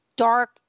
dark